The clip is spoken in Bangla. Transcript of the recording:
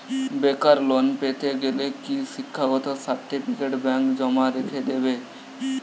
বেকার লোন পেতে গেলে কি শিক্ষাগত সার্টিফিকেট ব্যাঙ্ক জমা রেখে দেবে?